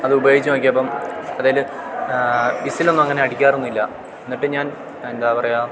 അത് ഉപയോഗിച്ച് നോക്കിയപ്പം അതില് വിസിലൊന്നും അങ്ങനെ അടിക്കാറൊന്നുമില്ല എന്നിട്ട് ഞാൻ എന്താ പറയുക